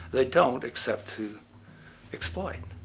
they don't, except to exploit.